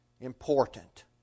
important